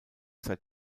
seit